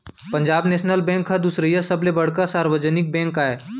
Punjab national bank ह दुसरइया सबले बड़का सार्वजनिक बेंक आय